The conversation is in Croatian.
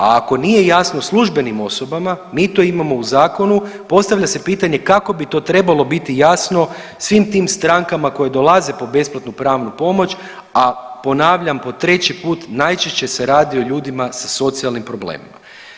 A ako nije jasno službenim osobama, mi to imamo u zakonu postavlja se pitanje kako bi to trebalo biti jasno svim tim strankama koje dolaze po besplatnu pravnu pomoć, a ponavljam po treći put najčešće se radi o ljudima sa socijalnim problemima.